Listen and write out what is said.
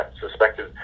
suspected